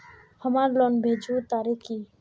हमार लोन भेजुआ तारीख की?